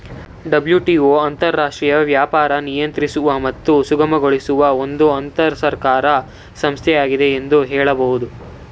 WTO ಅಂತರರಾಷ್ಟ್ರೀಯ ವ್ಯಾಪಾರ ನಿಯಂತ್ರಿಸುವ ಮತ್ತು ಸುಗಮಗೊಳಿಸುವ ಒಂದು ಅಂತರಸರ್ಕಾರಿ ಸಂಸ್ಥೆಯಾಗಿದೆ ಎಂದು ಹೇಳಬಹುದು